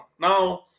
Now